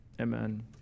amen